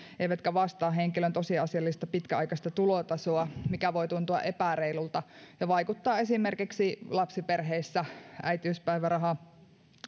eivätkä vastaa henkilön tosiasiallista pitkäaikaista tulotasoa mikä voi tuntua epäreilulta ja vaikuttaa esimerkiksi lapsiperheissä äitiyspäivärahakysymykseen